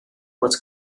bod